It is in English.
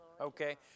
okay